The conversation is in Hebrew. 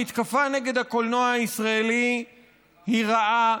המתקפה נגד הקולנוע הישראלי היא רעה,